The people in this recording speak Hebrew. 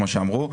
כפי שאמרו.